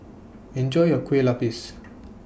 Enjoy your Kueh Lopes